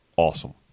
awesome